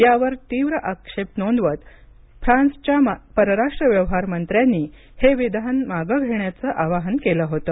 यावर तीव्र निषेध नोंदवत फ्रान्सच्या परराष्ट्र व्यवहार मंत्र्यांनी हे विधान मागे घेण्याचं आवाहन केलं होतं